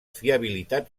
fiabilitat